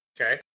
Okay